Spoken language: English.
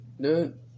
Dude